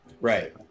Right